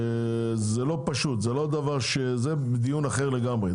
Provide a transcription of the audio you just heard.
זה לא פשוט, זה לא דבר ש, זה דיון אחר לגמרי.